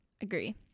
Agree